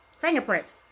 Fingerprints